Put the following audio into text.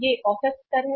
यह औसत स्तर है